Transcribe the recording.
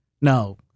No